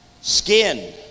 skin